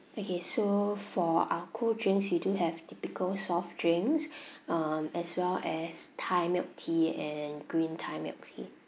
okay so for our cold drinks we do have typical soft drinks um as well as thai milk tea and green thai milk tea